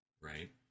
right